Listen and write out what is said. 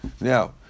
Now